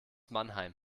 mannheim